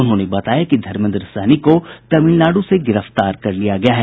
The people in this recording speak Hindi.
उन्होंने बताया कि धर्मेन्द्र सहनी को तमिलनाडु से गिरफ्तार कर लिया गया है